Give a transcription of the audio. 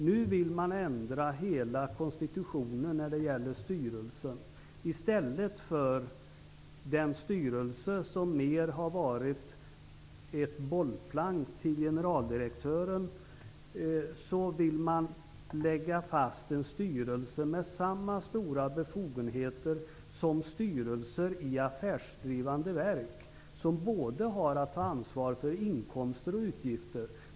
Nu vill man ändra styrelsens hela konstitution. I stället för den styrelse som mer har varit ett bollplank till generaldirektören vill man lägga fast en styrelse med samma stora befogenheter som styrelser i affärsdrivande verk, som har att ta ansvar för både inkomster och utgifter.